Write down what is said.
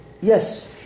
Yes